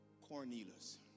Cornelius